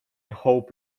hope